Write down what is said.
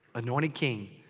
anointed king,